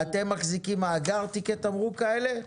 אתם מחזיקים מאגר תיקי תמרוק כאלה?